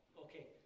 Okay